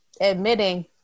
admitting